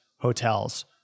hotels